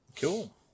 Cool